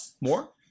More